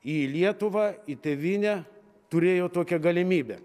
į lietuvą į tėvynę turėjo tokią galimybę